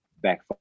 back